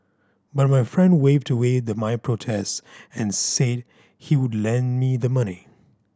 but my friend waved away my protest and said he would lend me the money